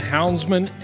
Houndsman